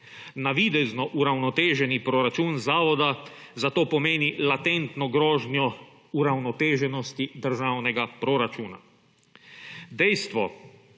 Navidezno uravnoteženi proračun Zavoda zato pomeni latentno grožnjo uravnoteženosti državnega proračuna. **17.